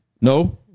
No